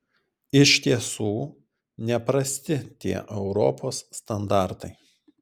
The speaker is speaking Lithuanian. iš tiesų neprasti tie europos standartai